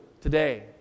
today